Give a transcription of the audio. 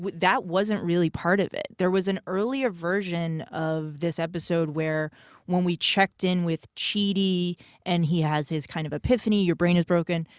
that wasn't really part of it. there was an earlier version of this episode where when we checked in with chidi and he has his kind of epiphany, your brain is broken,